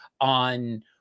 on